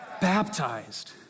Baptized